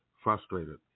frustrated